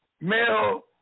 Male